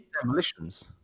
demolitions